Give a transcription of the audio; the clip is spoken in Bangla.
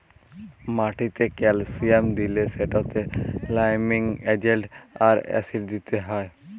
মাটিতে ক্যালসিয়াম দিলে সেটতে লাইমিং এজেল্ট আর অ্যাসিড দিতে হ্যয়